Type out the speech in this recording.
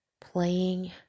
playing